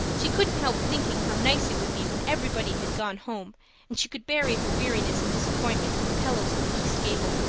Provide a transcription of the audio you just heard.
she couldn't help thinking how nice it would be when everybody had gone home and she could bury her weariness and disappointment in the pillows of the east gable.